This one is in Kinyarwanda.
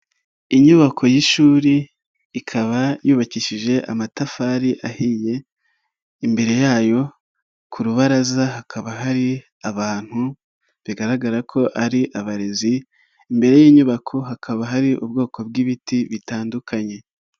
Inyubako y'ishuri, ikaba yubakishije amatafari ahiye, imbere yayo ku rubaraza hakaba hari abantu, bigaragara ko ari abarezi, imbere y'inyubako hakaba hari ubwoko bw'ibiti bitandukanye.